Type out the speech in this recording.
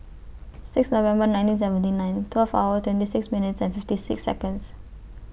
six November nineteen seventy nine twelve hour twenty six minutes and fifty six Seconds